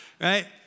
right